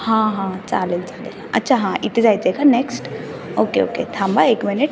हां हां चालेल चालेल अच्छा हां इथे जायचं आहे का नेक्स्ट ओके ओके थांब हां एक मिनिट